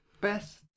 best